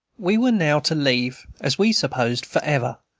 we were now to leave, as we supposed forever,